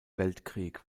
weltkrieg